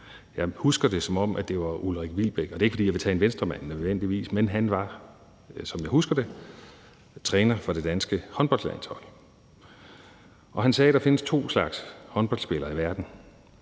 jeg husker det, som at det var Ulrik Wilbek – og det er ikke, fordi jeg nødvendigvis vil tage en Venstremand. Han var, som jeg husker det, træner for det danske håndboldlandshold, og han sagde, at der findes to slags håndboldspillere i verden: